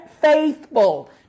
faithful